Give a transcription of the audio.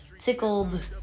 tickled